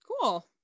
Cool